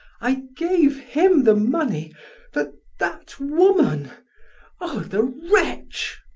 i gave him the money for that woman oh, the wretch!